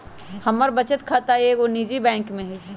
हमर बचत खता एगो निजी बैंक में हइ